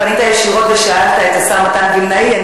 מאחר שפנית ישירות ושאלת את השר מתן וילנאי,